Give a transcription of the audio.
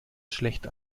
schlecht